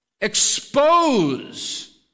expose